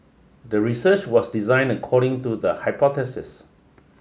the research was designed according to the hypothesis